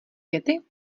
věty